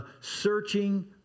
searching